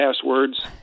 passwords